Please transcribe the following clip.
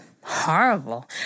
horrible